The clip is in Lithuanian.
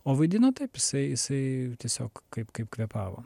o vaidino taip jisai jisai tiesiog kaip kaip kvėpavo